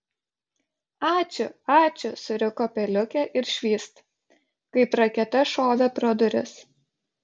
ačiū ačiū suriko peliukė ir švyst kaip raketa šovė pro duris